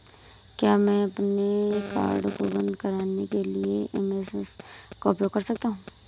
क्या मैं अपने कार्ड को बंद कराने के लिए एस.एम.एस का उपयोग कर सकता हूँ?